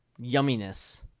yumminess